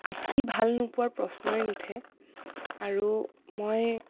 আঁকি ভাল নোপোৱাৰ প্ৰশ্নই নুঠে আৰু মই